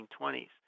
1920s